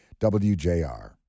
WJR